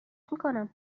میکنم